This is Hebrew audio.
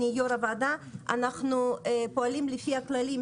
אני יושבת ראש הוועדה אנחנו פועלים ומבססים